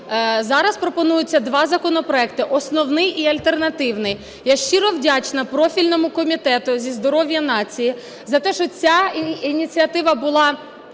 зараз пропонується два законопроекти – основний і альтернативний. Я щиро вдячна профільному Комітету зі здоров'я нації, за те, що ця ініціатива була